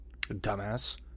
Dumbass